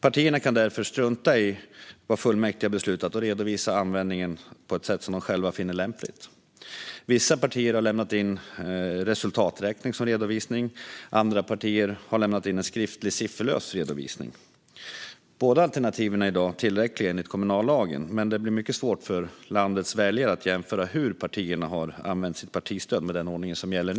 Partierna kan därför strunta i vad fullmäktige har beslutat och redovisa användningen på ett sätt som de själva finner lämpligt. Vissa partier har lämnat in sin resultaträkning som redovisning medan andra har lämnat in en skriftlig, sifferlös redovisning. Båda alternativen är i dag tillräckliga enligt kommunallagen, men det blir mycket svårt för landets väljare att jämföra hur partierna har använt sitt partistöd med den ordning som nu gäller.